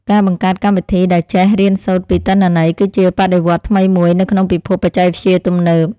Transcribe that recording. ការបង្កើតកម្មវិធីដែលចេះរៀនសូត្រពីទិន្នន័យ គឺជាបដិវត្តន៍ថ្មីមួយនៅក្នុងពិភពបច្ចេកវិទ្យាទំនើប។